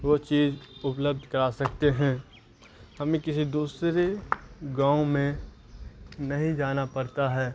وہ چیز اپلبدھ کرا سکتے ہیں ہمیں کسی دوسرے گاؤں میں نہیں جانا پڑتا ہے